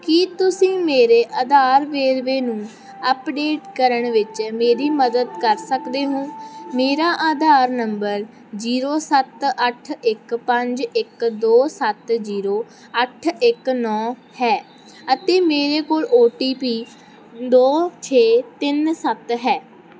ਕੀ ਤੁਸੀਂ ਮੇਰੇ ਆਧਾਰ ਵੇਰਵੇ ਨੂੰ ਅੱਪਡੇਟ ਕਰਨ ਵਿੱਚ ਮੇਰੀ ਮਦਦ ਕਰ ਸਕਦੇ ਹੋ ਮੇਰਾ ਆਧਾਰ ਨੰਬਰ ਜ਼ੀਰੋ ਸੱਤ ਅੱਠ ਇੱਕ ਪੰਜ ਇੱਕ ਦੋ ਸੱਤ ਜ਼ੀਰੋ ਅੱਠ ਇੱਕ ਨੌਂ ਹੈ ਅਤੇ ਮੇਰੇ ਕੋਲ ਓ ਟੀ ਪੀ ਦੋ ਛੇ ਤਿੰਨ ਸੱਤ ਹੈ